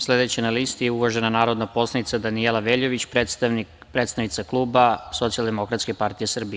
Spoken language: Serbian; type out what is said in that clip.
Sledeća na listi je uvažena narodna poslanica Danijela Veljović, predstavnica kluba Socijaldemokratske partije Srbije.